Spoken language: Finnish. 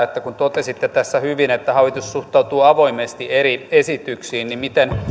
että kun totesitte tässä hyvin että hallitus suhtautuu avoimesti eri esityksiin niin miten